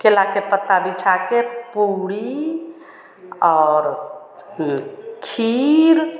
केला का पत्ता बिछाकर पूड़ी और खीर